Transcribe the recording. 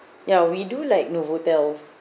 ya we do like novotel